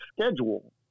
schedule